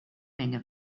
menge